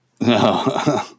no